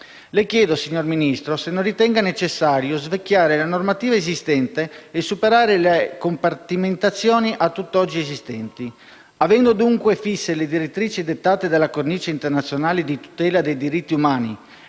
Le chiedo, signor Ministro, se non ritenga necessario svecchiare la normativa esistente e superare le compartimentazioni a tutt'oggi esistenti. Avendo dunque fisse le direttrici dettate dalla cornice internazionale di tutela dei diritti umani,